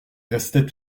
restait